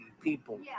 people